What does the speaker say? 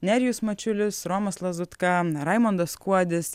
nerijus mačiulis romas lazutka raimondas kuodis